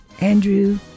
Andrew